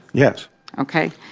yes ok.